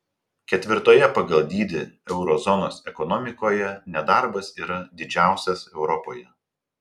ketvirtoje pagal dydį euro zonos ekonomikoje nedarbas yra didžiausias europoje